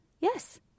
Yes